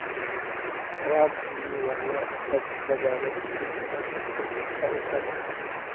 ख़राब होने वाला उपज बजारोत बेचावार सबसे अच्छा उपाय कि छे?